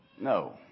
No